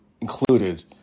included